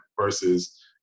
versus